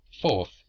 Fourth